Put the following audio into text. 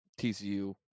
TCU